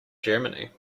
germany